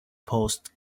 post